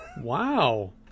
Wow